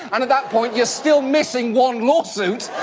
and at that point, you're still missing one lawsuit.